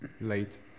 late